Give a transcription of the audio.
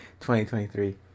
2023